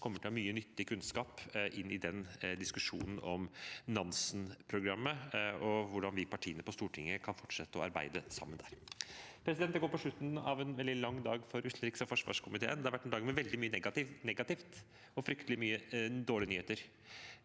kommer til å ha mye nyttig kunnskap inn i diskusjonen om Nansenprogrammet, og hvordan vi i partiene på Stortinget kan fortsette å arbeide sammen der. Det går mot slutten av en veldig lang dag for utenriks- og forsvarskomiteen. Det har vært en dag med veldig mye negativt og fryktelig mange dårlige nyheter,